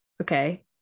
Okay